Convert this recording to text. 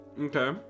Okay